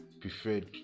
preferred